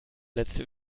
letzte